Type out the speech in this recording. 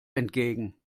entgegen